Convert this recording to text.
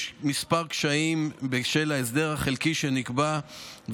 יש כמה קשיים בשל ההסדר החלקי שנקבע,